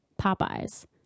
Popeye's